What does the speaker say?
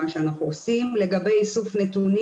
לגבי איסוף נתונים.